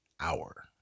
Hour